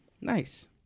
Nice